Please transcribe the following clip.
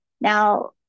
Now